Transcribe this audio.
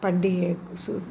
பண்டிகை சூ